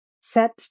Set